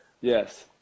yes